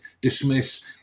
dismiss